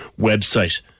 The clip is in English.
website